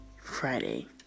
Friday